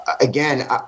again